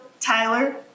Tyler